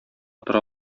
тора